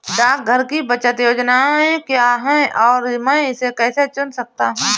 डाकघर की बचत योजनाएँ क्या हैं और मैं इसे कैसे चुन सकता हूँ?